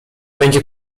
będzie